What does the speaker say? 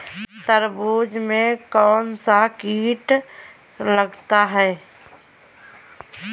तरबूज में कौनसा कीट लगता है?